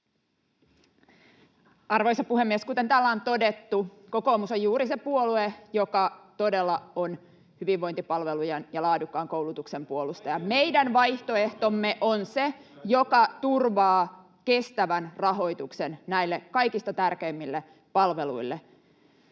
Arvoisa puhemies! Kuten täällä on todettu, kokoomus on juuri se puolue, joka todella on hyvinvointipalvelujen ja laadukkaan koulutuksen puolustaja. Meidän vaihtoehtomme on se, joka turvaa kestävän rahoituksen näille kaikista tärkeimmille palveluille.